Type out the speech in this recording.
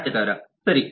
ಮಾರಾಟಗಾರ ಸರಿ